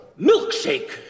milkshake